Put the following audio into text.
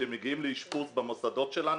שהם מגיעים לאשפוז במוסדות שלנו,